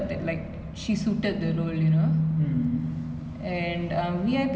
ya kajol acted in V_I_P two uh which personal kajol I think in V_I_P two